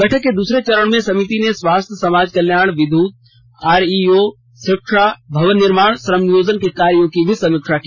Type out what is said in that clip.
बैठक के दूसरे चरण में समिति ने स्वास्थ्य समाज कल्याण विद्युत आरईओ शिक्षा जेसेसलपीएस भवन निर्माण श्रम नियोजन के कार्यों की भी समीक्षा की